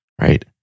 right